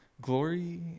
Glory